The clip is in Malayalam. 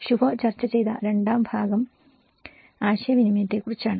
ശുഭോ ചർച്ച ചെയ്ത രണ്ടാം ഭാഗം ആശയവിനിമയത്തെക്കുറിച്ചാണ്